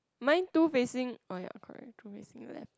mine two facing oh ya correct two facing left